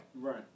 Right